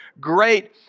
great